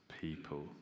people